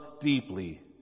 deeply